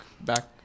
back